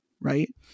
right